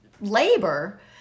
labor